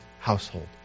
household